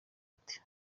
ati